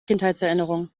kinderheitserinnerungen